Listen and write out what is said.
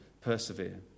persevere